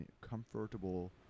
comfortable